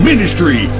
Ministry